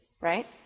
right